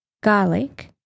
garlic